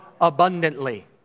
abundantly